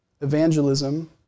evangelism